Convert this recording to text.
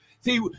See